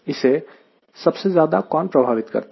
इसे सबसे ज्यादा कौन प्रभावित करता है